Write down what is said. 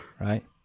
Right